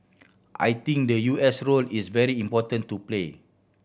I think the U S role is very important to play